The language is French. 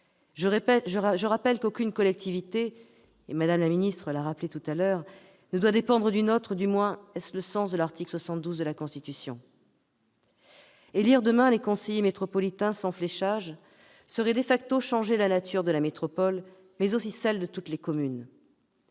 que par leurs compétences. Mme la ministre l'a rappelé, aucune collectivité ne doit dépendre d'une autre ; du moins est-ce le sens de l'article 72 de la Constitution. Élire demain les conseillers métropolitains sans fléchage serait changer la nature de la métropole, mais aussi celle de toutes les communes.